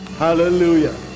hallelujah